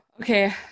Okay